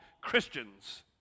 Christians